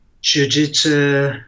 Jiu-Jitsu